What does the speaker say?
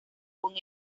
con